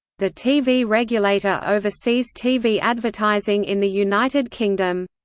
the tv regulator oversees tv advertising in the united kingdom.